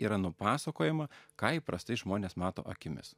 yra nupasakojama ką įprastai žmonės mato akimis